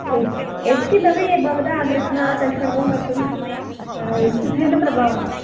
एत् एत् किमपि आग्रहः तत् सर्वं वर्तुम् उत्साहेन प्रभवः